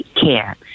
care